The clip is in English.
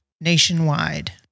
nationwide